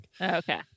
Okay